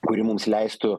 kuri mums leistų